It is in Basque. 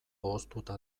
hoztuta